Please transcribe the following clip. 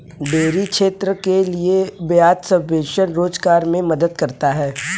dairy क्षेत्र के लिये ब्याज सबवेंशन रोजगार मे मदद करता है